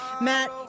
Matt